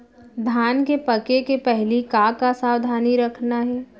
धान के पके के पहिली का का सावधानी रखना हे?